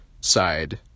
side